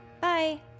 Bye